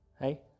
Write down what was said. Hey